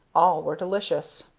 all were delicious.